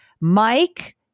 Mike